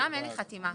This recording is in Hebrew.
אין לי חתימה.